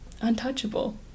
untouchable